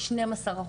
היא 12 אחוז.